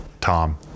Tom